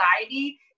anxiety